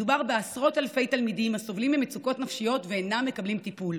מדובר בעשרות אלפי תלמידים הסובלים ממצוקות נפשיות ואינם מקבלים טיפול.